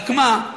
רק מה,